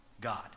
God